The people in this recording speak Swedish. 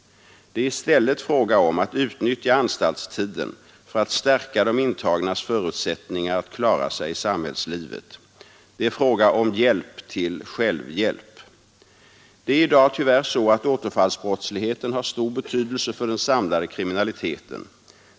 Det är i stället fråga om att utnyttja anstaltstiden för att stärka de intagnas förutsättningar att klara sig i samhällslivet. Det är fråga om hjälp till självhjälp. Det är i dag tyvärr så att återfallsbrottsligheten har stor betydelse för den samlade kriminaliteten.